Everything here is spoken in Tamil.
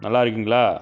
நல்லா இருக்கீங்களா